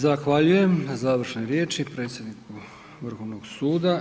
Zahvaljujem na završnoj riječi predsjedniku Vrhovnog suda.